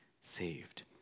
saved